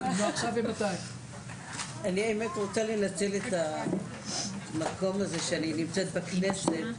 אני האמת רוצה לנצל את המקום הזה שאני נמצאת בכנסת,